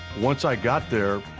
once i got there,